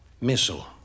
Missile